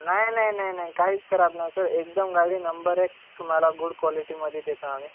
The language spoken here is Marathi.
नाही नाही नाही नाही काहीच खराब नाही सर एकदम गाडी नंबर आहे तुम्हाला गुड क्वालिटीमध्ये देतो आम्ही